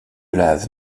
lave